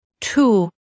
Two